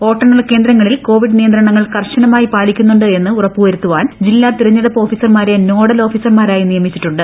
വ്യോപ്ട്ടണ്ണൽ കേന്ദ്രങ്ങളിൽ കോവിഡ് നിയന്ത്രണങ്ങൾ കർശ്രനമായി പാലിക്കുന്നുണ്ട് എന്ന് ഉറപ്പുവരുത്താൻ ജില്ലാ തെരഞ്ഞെടുപ്പ് ഓഫീസർമാരെ നോഡൽ ഓഫീസർമാരായി നിയമിച്ചിട്ടുണ്ട്